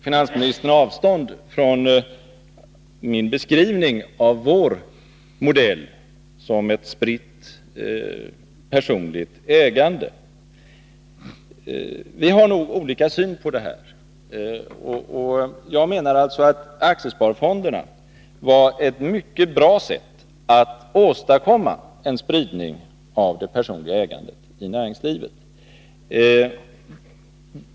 Finansministern tog avstånd från min beskrivning av vår modell med ett spritt personligt ägande. Vi har nog olika syn på det här, och jag menar alltså att aktiesparfonderna var ett mycket bra sätt att åstadkomma en spridning av det personliga ägandet i näringslivet.